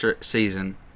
season